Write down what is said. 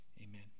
amen